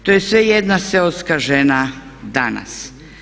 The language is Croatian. To je sve jedna seoska žena danas.